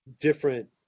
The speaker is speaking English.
different